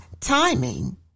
timing